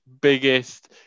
biggest